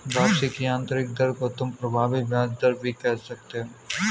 वापसी की आंतरिक दर को तुम प्रभावी ब्याज दर भी कह सकते हो